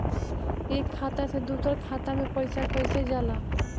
एक खाता से दूसर खाता मे पैसा कईसे जाला?